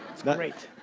it's great.